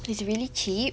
it's really cheap